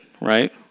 right